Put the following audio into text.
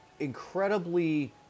incredibly